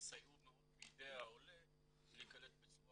ויסייעו מאוד בידי העולה להיקלט בצורה